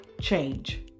change